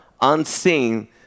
unseen